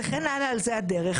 וכן הלאה על זו היה דרך,